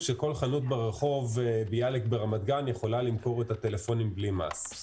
כאשר כל חנות ברחוק ביאליק ברמת גן יכולה למכור את הטלפונים בלי מס?